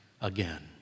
again